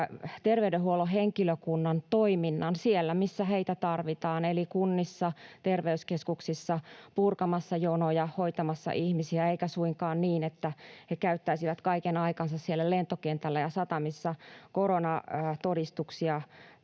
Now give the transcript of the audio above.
terveydenhuollon henkilökunnan toiminnan siellä, missä heitä tarvitaan, eli kunnissa, terveyskeskuksissa purkamassa jonoja, hoitamassa ihmisiä, eikä suinkaan niin, että he käyttäisivät kaiken aikansa siellä lentokentillä ja satamissa koronatodistuksia